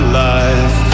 life